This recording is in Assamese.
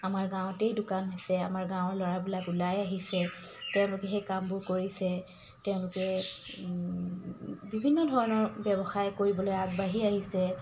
আমাৰ গাঁৱতেই দোকান আছে আমাৰ গাঁৱৰ ল'ৰাবিলাক ওলাই আহিছে তেওঁলোকে সেই কামবোৰ কৰিছে তেওঁলোকে বিভিন্ন ধৰণৰ ব্যৱসায় কৰিবলৈ আগবাঢ়ি আহিছে